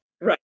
Right